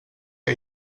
que